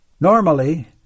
Normally